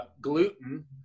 gluten